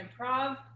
improv